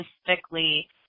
specifically